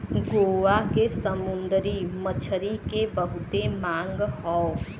गोवा के समुंदरी मछरी के बहुते मांग हौ